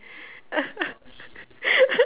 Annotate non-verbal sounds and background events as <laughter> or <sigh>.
<laughs>